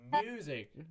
music